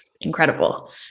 incredible